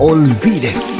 Olvides